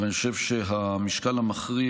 אבל אני חושב שהמשקל המכריע,